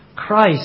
Christ